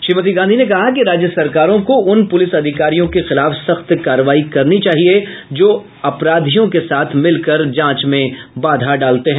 श्रीमती गांधी ने कहा कि राज्य सरकारों को उन प्रलिस अधिकारियों के खिलाफ सख्त कार्रवाई करनी चाहिए जो अपराधियों के साथ मिलकर जांच में बाधा डालते हैं